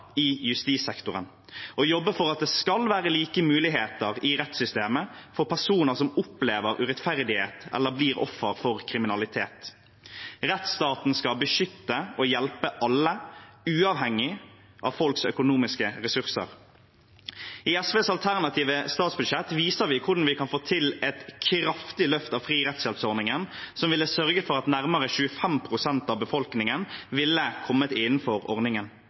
i justissektoren og jobber for at det skal være like muligheter i rettssystemet for personer som opplever urettferdighet, eller blir offer for kriminalitet. Rettsstaten skal beskytte og hjelpe alle, uavhengig av folks økonomiske ressurser. I SVs alternative statsbudsjett viser vi hvordan vi kan få til et kraftig løft av fri rettshjelps-ordningen som ville sørget for at nærmere 25 pst. av befolkningen ville kommet innenfor ordningen.